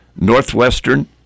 Northwestern